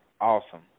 awesome